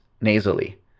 nasally